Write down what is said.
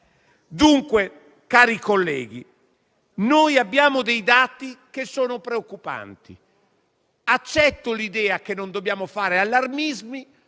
Cari colleghi, abbiamo dei dati preoccupanti. Accetto l'idea che non dobbiamo fare allarmismi,